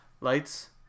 Lights